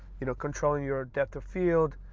you know, controlling your depth of field,